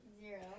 Zero